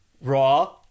Raw